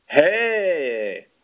Hey